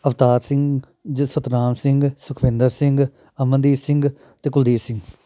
ਅਵਤਾਰ ਸਿੰਘ ਸਤਨਾਮ ਸਿੰਘ ਸੁਖਵਿੰਦਰ ਸਿੰਘ ਅਮਨਦੀਪ ਸਿੰਘ ਅਤੇ ਕੁਲਦੀਪ ਸਿੰਘ